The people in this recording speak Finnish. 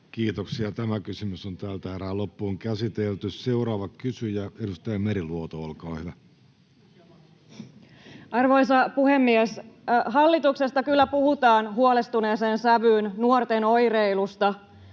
saadaan kasvamaan nykyistä enemmän. Seuraava kysyjä, edustaja Meriluoto, olkaa hyvä. Arvoisa puhemies! Hallituksesta kyllä puhutaan huolestuneeseen sävyyn nuorten oireilusta,